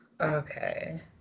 Okay